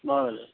भऽ गेलै